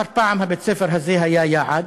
פעם אחר פעם בית-הספר הזה היה יעד,